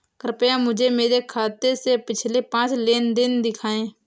कृपया मुझे मेरे खाते से पिछले पांच लेन देन दिखाएं